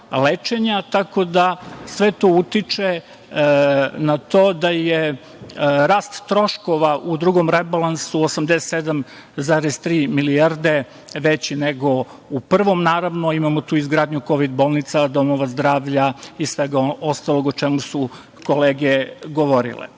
lečenja, tako da sve to utiče na to da je rast troškova u drugom rebalansu 87,3 milijarde veći nego u prvom. Naravno, imamo tu izgradnju kovid bolnica, domova zdravlja i svega ostalog o čemu su kolege govorile. Neću